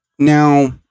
Now